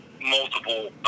multiple